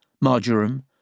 marjoram